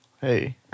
Hey